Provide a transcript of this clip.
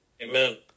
Amen